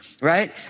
Right